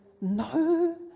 no